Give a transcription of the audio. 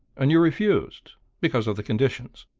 and you refused because of the conditions?